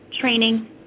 training